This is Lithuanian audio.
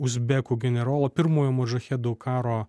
uzbekų generolo pirmojo modžahedų karo